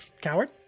coward